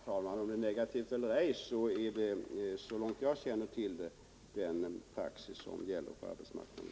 Herr talman! Om det är negativt eller ej, så är det så långt jag känner till den praxis som gäller på arbetsmarknaden.